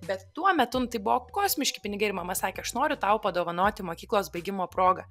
bet tuo metu nu tai buvo kosmiški pinigai ir mama sakė aš noriu tau padovanoti mokyklos baigimo proga